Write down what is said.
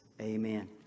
Amen